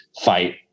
fight